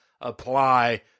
apply